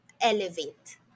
elevate